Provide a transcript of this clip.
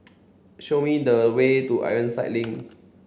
show me the way to Ironside Link